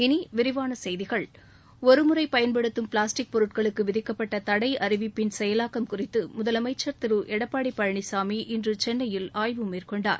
இனி விரிவான செய்திகள் ஒரு முறை பயன்படுத்தும் பிளாஸ்டிக் பொருட்களுக்கு விதிக்கப்பட்ட தடை அறிவிப்பின் செயலாக்கம் குறித்து முதலமைச்சர் திரு எடப்பாடி பழனிசாமி இன்று சென்னையில் ஆய்வு மேற்கொண்டார்